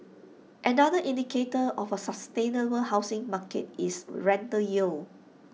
another indicator of A sustainable housing market is rental yield